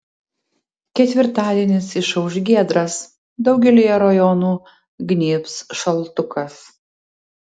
ketvirtadienis išauš giedras daugelyje rajonų gnybs šaltukas